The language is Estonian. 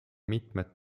mitmed